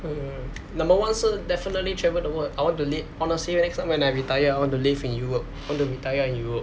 mm number one 是 definitely travel the world I want to li~ honestly next time when I retire I want to live in europe I want to retire in europe